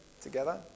together